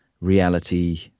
reality